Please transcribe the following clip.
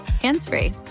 hands-free